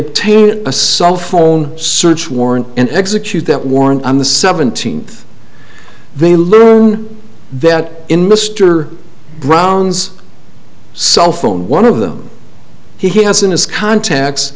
obtain a cell phone search warrant and execute that warrant on the seventeenth they learn that in mr brown's cell phone one of them he has in his contacts